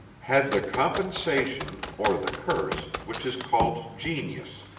had the compensation or the curse which is called genius.